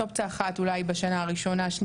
אופציה אחת אולי בשנה הראשונה-שנייה,